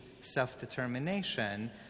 self-determination